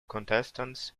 contestants